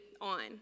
on